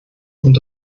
und